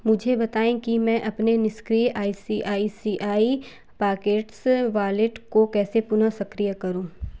मुझे बताएँ कि मैं अपने निष्क्रिय I C I C I pockets wallet को कैसे पुनः सक्रिय करूँ